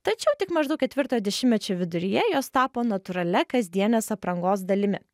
tačiau tik maždaug ketvirtojo dešimtmečio viduryje jos tapo natūralia kasdienės aprangos dalimi